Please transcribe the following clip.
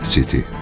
City